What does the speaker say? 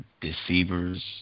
deceivers